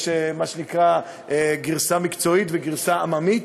יש מה שנקרא גרסה מקצועית וגרסה עממית,